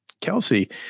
Kelsey